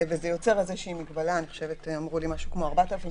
וזה יוצר מגבלה כלשהי, משהו כמו 4,000 איש.